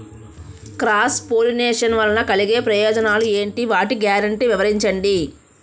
Cross pollination వలన కలిగే ప్రయోజనాలు ఎంటి? వాటి గ్యారంటీ వివరించండి?